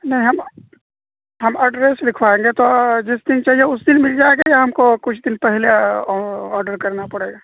نہیں ہم ہم ایڈریس لکھوائیں گے تو جس دن چاہیے اس دن مل جائے گا یا ہم کو کچھ دن پہلے آڈر کرنا پڑے گا